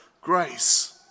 grace